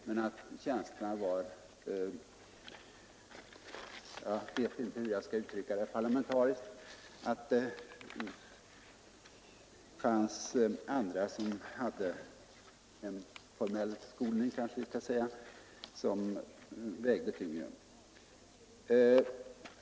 Men dessa tjänster tillsattes — jag vet inte hur jag skall uttrycka saken parlamentariskt — på ett sådant sätt att det blev andra meriter som vägde tyngre.